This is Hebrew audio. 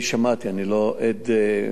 אני לא עד ראייה,